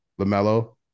Lamelo